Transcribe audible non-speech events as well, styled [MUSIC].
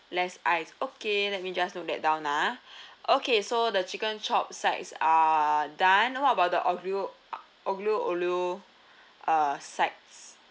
less ice okay let me just note that down ah [BREATH] okay so the chicken chop sides are done what about the oglio [NOISE] aglio-olio [BREATH] uh sides